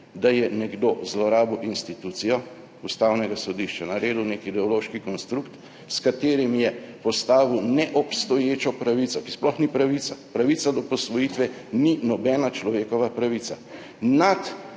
da je nekdo zlorabil institucijo Ustavnega sodišča, naredil nek ideološki konstrukt, s katerim je postavil neobstoječo pravico, ki sploh ni pravica, pravica do posvojitve ni nobena človekova pravica.